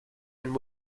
and